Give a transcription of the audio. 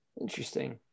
Interesting